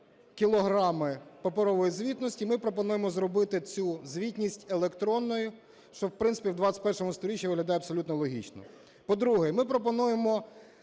кілограми паперової звітності. Ми пропонуємо зробити цю звітність електронною, що, в принципі, в ХХІ сторіччі виглядає абсолютно логічно. По-друге, ми пропонуємо